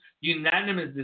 unanimous